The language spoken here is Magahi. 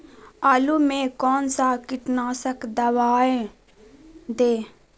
आलू में कौन सा कीटनाशक दवाएं दे?